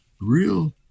real